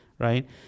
right